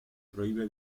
prohíbe